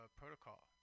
protocol